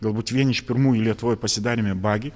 galbūt vieni iš pirmųjų lietuvoj pasidarėme bagį